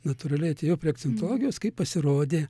natūraliai atėjau prie akcentologijos kai pasirodė